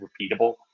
repeatable